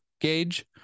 gauge